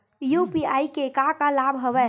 UPI के का का लाभ हवय?